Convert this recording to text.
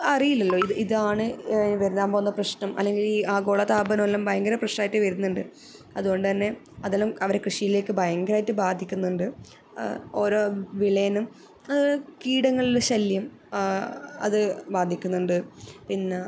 അറിയില്ലല്ലൊ ഇതാണ് വരാൻ പോവുന്ന പ്രശ്നം അല്ലെങ്കിൽ ഈ ആഗോള താപനമെല്ലാം ഭയങ്കര പ്രശ്നമായിട്ട് വരുന്നുണ്ട് അതുകൊണ്ടു തന്നെ അതെല്ലാം അവരെ കൃഷിയിലേക്ക് ഭയങ്കരമായിട്ട് ബാധിക്കുന്നുണ്ട് ഓരോ വിളയെന്നും കീടങ്ങളുടെ ശല്ല്യം അത് ബാധിക്കുന്നുണ്ട് പിന്നെ